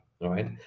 right